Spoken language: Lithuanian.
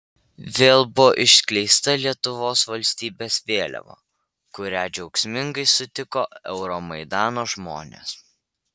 vėl buvo išskleista lietuvos valstybės vėliava kurią džiaugsmingai sutiko euromaidano žmonės